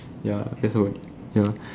ya that's all ya